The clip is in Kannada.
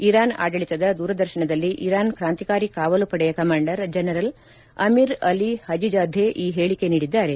ಇರಾನ್ ಆಡಳಿತದ ದೂರದರ್ತನದಲ್ಲಿ ಇರಾನ್ ಕ್ರಾಂಕಿಕಾರಿ ಕಾವಲು ಪಡೆಯ commander general Amir Ali Hajizadeh ಈ ಹೇಳಿಕೆ ನೀಡಿದ್ದಾರೆ